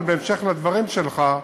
אבל בהמשך לדברים שלך,